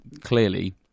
clearly